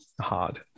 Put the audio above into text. hard